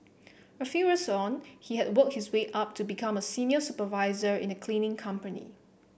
a few years on he has worked his way up to become a senior supervisor in a cleaning company